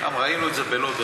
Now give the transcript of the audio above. גם ראינו את זה בלוד.